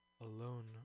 Alone